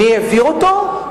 מי העביר אותו?